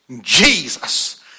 Jesus